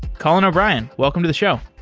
colin o'brien, welcome to the show.